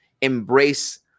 embrace